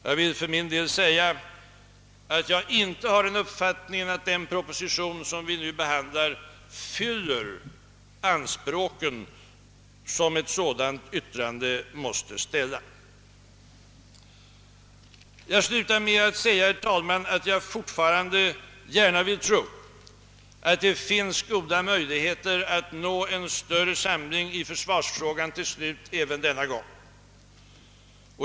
Jag vill för min del säga att jag inte har den uppfattningen att den proposition som vi nu behandlar fyller de anspråk ett sådant yttrande måste ställa. Men jag vill fortfarande, herr talman, gärna tro att det finns goda möjligheter även denna gång att till slut nå en större samling kring försvarsfrågan.